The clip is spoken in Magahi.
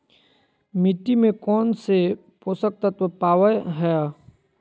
मिट्टी में कौन से पोषक तत्व पावय हैय?